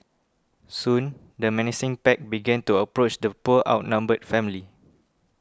soon the menacing pack began to approach the poor outnumbered family